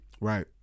Right